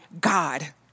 God